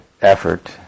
effort